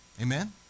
amen